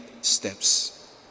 steps